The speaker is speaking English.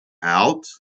out